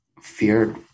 fear